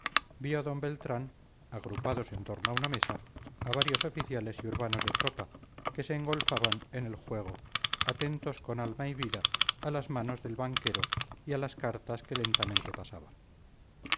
vio d beltrán agrupados en torno a una mesa a varios oficiales y urbanos de tropa que se engolfaban en el juego atentos con alma y vida a las manos del banquero y a las cartas que lentamente pasaba